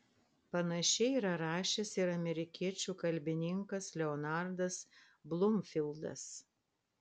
panašiai yra rašęs ir amerikiečių kalbininkas leonardas blumfildas